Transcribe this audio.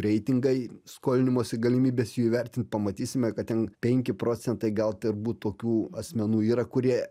reitingai skolinimosi galimybes jų įvertint pamatysime kad ten penki procentai gal turbūt tokių asmenų yra kurie